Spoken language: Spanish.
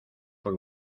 por